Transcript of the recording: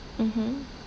mmhmm